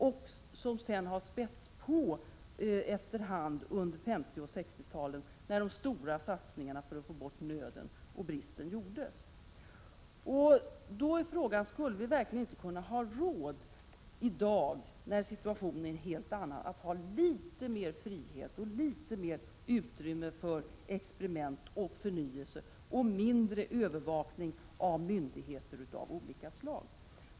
Dessa regler har efter hand spätts på under 50 och 60-talen när de stora satsningarna för att få bort bostadsnöden och bostadsbristen gjordes. Då är frågan om vi inte i dag, när situationen är en helt annan, skulle ha råd att ha litet mer frihet och litet mer utrymme för experiment och förnyelse och mindre övervakning från myndigheter av olika slag.